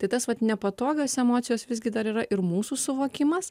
tai tas vat nepatogios emocijos visgi dar yra ir mūsų suvokimas